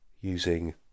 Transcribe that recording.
using